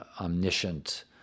omniscient